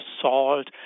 salt